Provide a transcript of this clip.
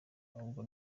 ahubwo